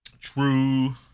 True